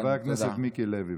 תודה.